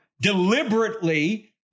deliberately